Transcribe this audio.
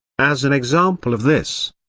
as an example of this,